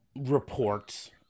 reports